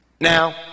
Now